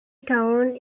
town